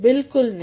बिल्कुल नहीं